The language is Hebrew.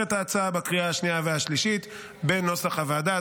את ההצעה בקריאה השנייה והשלישית בנוסח הוועדה.